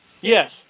Yes